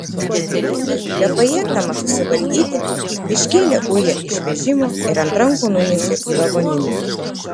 vargiai bepajėgdamas susivaldyti iškėlė ują iš vežimo ir ant rankų nunešė į lavoninę